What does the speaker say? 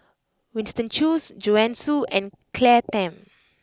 Winston Choos Joanne Soo and Claire Tham